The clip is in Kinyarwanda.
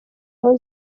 aho